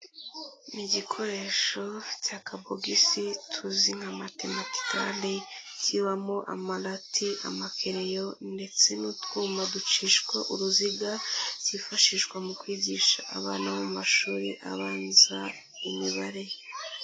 Ni igikoresho cy'akabogisi tuzi nka matematikali, kibamo amarati, amakereyo ndetse n'utwuma ducishwa uruziga, kifashishwa mu kwigisha abana mu mashuri abanza imibare.